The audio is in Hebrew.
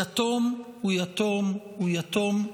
יתום הוא יתום הוא יתום.